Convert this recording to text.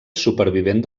supervivent